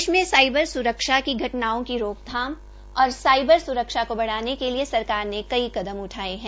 देश में साइबर सुरक्षा की घटनाओं की रोकथाम और साइबर सुरक्षा को बढ़ाने के लिये सरकार ने कई कदम उठाये है